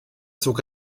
zog